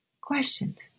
questions